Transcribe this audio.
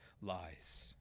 lies